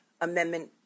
Amendment